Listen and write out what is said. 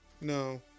No